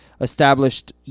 established